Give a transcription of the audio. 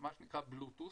מה שנקרא, Bluetooth.